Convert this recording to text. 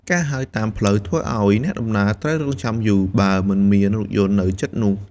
ការហៅតាមផ្លូវធ្វើឱ្យអ្នកដំណើរត្រូវរង់ចាំយូរបើមិនមានរថយន្តនៅជិតនោះ។